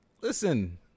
Listen